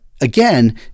again